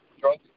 drugs